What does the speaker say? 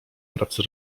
pracy